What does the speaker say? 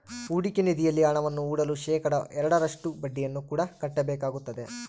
ಹೂಡಿಕೆ ನಿಧಿಯಲ್ಲಿ ಹಣವನ್ನು ಹೂಡಲು ಶೇಖಡಾ ಎರಡರಷ್ಟು ಬಡ್ಡಿಯನ್ನು ಕೂಡ ಕಟ್ಟಬೇಕಾಗುತ್ತದೆ